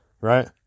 right